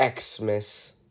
Xmas